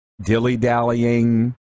dilly-dallying